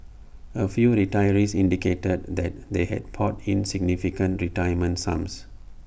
A few retirees indicated that they had poured in significant retirement sums